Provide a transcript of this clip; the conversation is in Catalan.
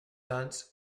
sants